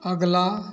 अगला